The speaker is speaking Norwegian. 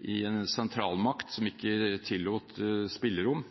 i en sentralmakt som ikke tillot spillerom.